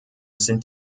sind